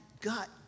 gut